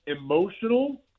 emotional